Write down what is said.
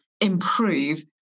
improve